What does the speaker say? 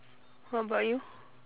what about you